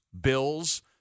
Bills